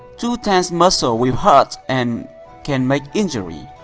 too tense muscle will hurt and can make injury.